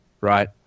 right